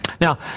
Now